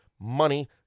money